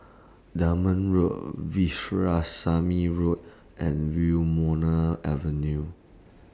Road Road and Wilmonar Avenue